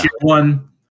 one